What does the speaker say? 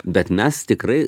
bet mes tikrai